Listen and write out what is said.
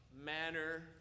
manner